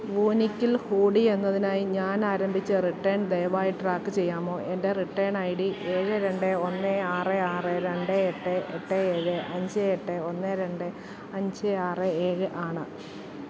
വൂനിക്കിൽ hoodie എന്നതിനായി ഞാൻ ആരംഭിച്ച റിട്ടേൺ ദയവായി ട്രാക്ക് ചെയ്യാമോ എൻ്റെ റിട്ടേൺ ഐ ഡി ഏഴ് രണ്ട് ഒന്ന് ആറ് ആറ് രണ്ട് എട്ട് എട്ട് ഏഴ് അഞ്ച് എട്ട് ഒന്ന് രണ്ട് അഞ്ച് ആറ് ഏഴ് ആണ്